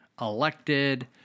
elected